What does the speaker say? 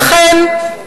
לכן,